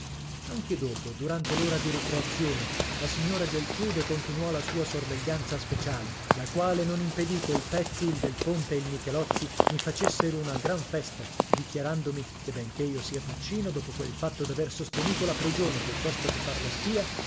anche dopo durante l'ora di ricreazione la signora geltrude continuò la sua sorveglianza speciale la quale non impedì che il pezzi il del ponte e il michelozzi mi facessero una gran festa dichiarandomi che benché io sia piccino dopo quel fatto d'aver sostenuto la prigione piuttosto che far la spia